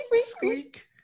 squeak